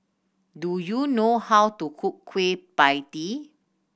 do you know how to cook Kueh Pie Tee